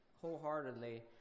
wholeheartedly